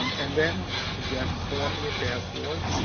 um and then suggest forming a task force,